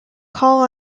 call